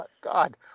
God